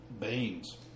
beans